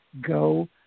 go